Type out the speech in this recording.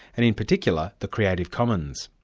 and in particular the creative commons.